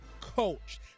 coach